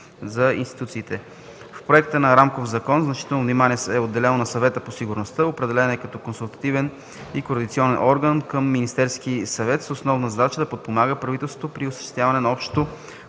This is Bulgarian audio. за институциите. В проекта на рамков закон значително внимание е отделено на Съвета по сигурността. Определен е като консултативен и координационен орган към Министерския съвет с основна задача да подпомага правителството при осъществяване на общото